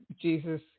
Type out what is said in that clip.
Jesus